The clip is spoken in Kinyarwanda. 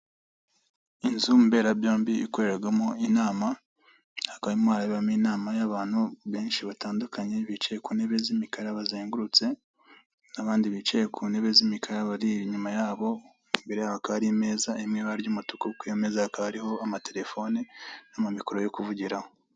Inzu mberabyombi ikorerwamo inama, hakaba harimo haraberamo inama y'abantu benshi batandukanye, bicaye ku ntebe z'imikara bazengurutse, n'abandi bicaye ku ntebe z'imikara inyuma yabo hari imeza imwe ifite ibara ry'umutuku kuri ayo meza harihoho amatelefone n'amamikoro yo kuvugiramo.